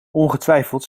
ongetwijfeld